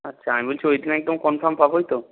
আচ্ছা আমি বলছি ওই দিন একদম কনফার্ম পাবোই তো